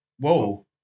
whoa